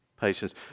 patience